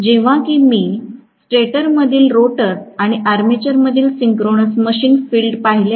जेव्हा कि मी मी स्टेटरमधील रोटर आणि आर्मेचरमधील सिंक्रोनस मशीन फील्ड पाहिले आहे